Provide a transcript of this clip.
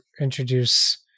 introduce